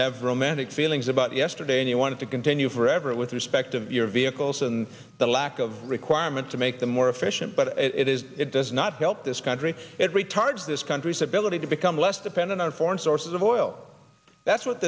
have romantic feelings about yesterday and you want to continue forever with respect to your vehicles and the lack of requirement to make them more efficient but it is it does not help this country it retards this country's ability to become less dependent on foreign sources of oil that's what